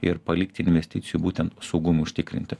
ir palikti investicijų būtent saugumui užtikrinti